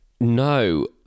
No